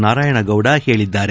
ನಾರಾಯಣ ಗೌಡ ಹೇಳಿದ್ದಾರೆ